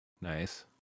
Nice